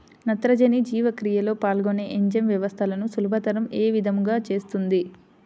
నత్రజని జీవక్రియలో పాల్గొనే ఎంజైమ్ వ్యవస్థలను సులభతరం ఏ విధముగా చేస్తుంది?